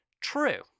true